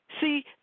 See